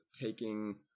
taking